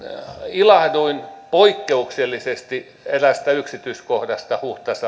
ilahduin poik keuksellisesti eräästä yksityiskohdasta